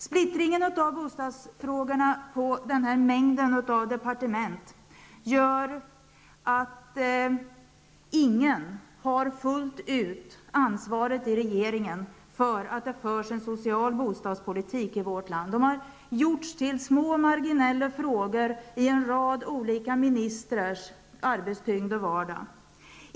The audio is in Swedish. Splittringen av bostadsfrågorna på denna mängd av departement gör att ingen i regeringen har ansvaret fullt ut för att det förs en social bostadspolitik i vårt land. De har gjorts till små marginella frågor i en rad olika ministrars arbetstyngda vardag.